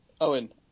Owen